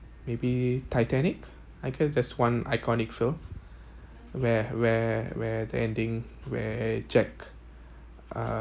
maybe titanic i guess that's one iconic film where where where the ending where jack uh